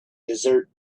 desert